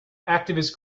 activists